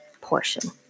portion